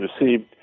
received